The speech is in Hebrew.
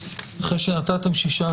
להתייחס.